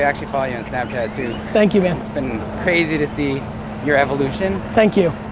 yeah you but you on snapchat too. thank you man. it's been crazy to see your evolution. thank you.